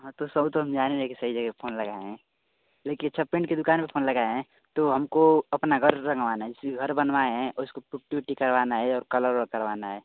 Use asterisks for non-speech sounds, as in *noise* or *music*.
तो सब तो हम *unintelligible* की सही जगेह फोन लगाए हैं *unintelligible* अच्छा पेंट के दुकान पर फोन लगाए हैं तो हमको अपना घर रंगवाना है *unintelligible* घर बनवाए हैं उसको पुट्टी उट्टी करवाना है और कलर वलर करवाना है